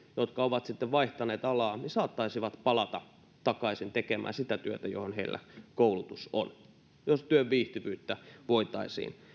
jotka ovat sitten vaihtaneet alaa saattaisivat palata takaisin tekemään sitä työtä johon heillä koulutus on jos työn viihtyvyyttä voitaisiin